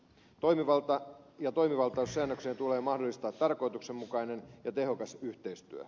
toimivalta ja toimivaltuussäännöksen tulee mahdollistaa tarkoituksenmukainen ja tehokas yhteistyö